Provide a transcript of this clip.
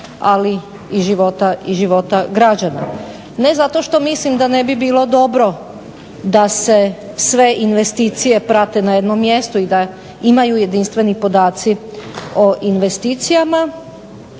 ali i života građana ne zato što mislim da ne bi bilo dobro da se sve investicije prate na jednom mjestu i da imaju jedinstveni podaci o investicijama